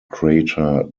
crater